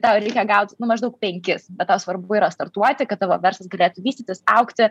tau reikia gaut nu maždaug penkis be tau svarbu yra startuoti kad tavo verslas galėtų vystytis augti